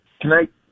Tonight